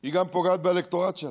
היא פוגעת באלקטורט שלה,